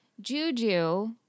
Juju